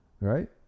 right